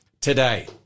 today